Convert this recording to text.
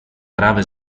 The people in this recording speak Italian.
grave